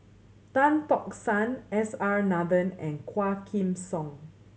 Tan Tock San S R Nathan and Quah Kim Song